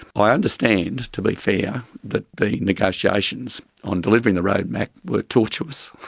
i understand, to be fair, that the negotiations on delivering the roadmap were torturous,